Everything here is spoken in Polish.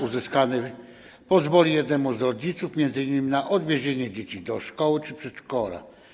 Uzyskany czas pozwoli jednemu z rodziców m.in. na odwiezienie dzieci do szkoły czy przedszkola.